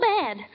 bad